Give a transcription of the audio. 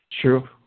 True